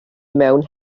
mewn